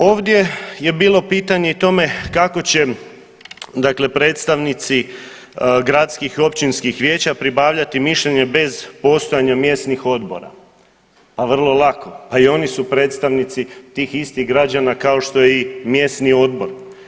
Ovdje je bilo pitanje i tome kako će dakle predstavnici gradskih i općinskih vijeća pribavljati mišljenje bez postojanja mjesnih odbora, a vrlo lako, pa i oni su predstavnici tih istih građana, kao što je i mjesni odbor.